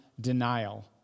denial